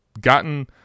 gotten